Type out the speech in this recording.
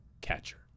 catcher